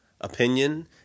opinion